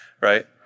right